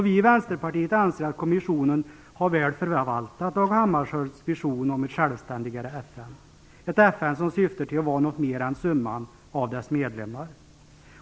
Vi i Vänsterpartiet anser att kommissionen väl har förvaltat Dag Hammarskjölds vision om ett självständigare FN - ett FN som syftar till att vara något mera än summan av dess medlemmar.